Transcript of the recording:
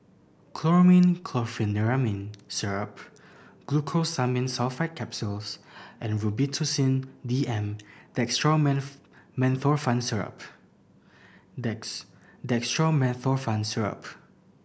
Chlormine Chlorpheniramine Syrup Glucosamine Sulfate Capsules and Robitussin D M Dextromethorphan Syrup Dextromethorphan Syrup